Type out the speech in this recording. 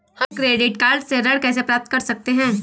हम credit card से ऋण कैसे प्राप्त कर सकते हैं?